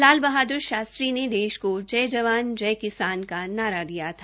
लाल बहाद्र शास्त्री ने देश केा जय जवान जय किसान का नारा दिया था